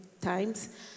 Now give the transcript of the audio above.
times